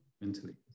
mentally